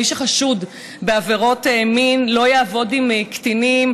מי שחשוד בעבירות מין לא יעבוד עם קטינים,